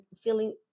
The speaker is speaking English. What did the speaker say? feeling